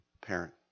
parent